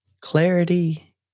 Clarity